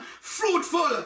fruitful